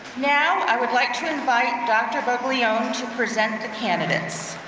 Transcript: now, i would like to invite dr. bug leone to present the candidates.